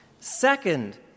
Second